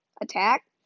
attack